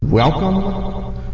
Welcome